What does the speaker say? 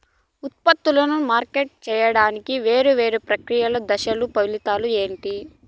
ఉత్పత్తులను మార్కెట్ సేయడానికి వేరువేరు ప్రక్రియలు దశలు ఫలితాలు ఏంటి?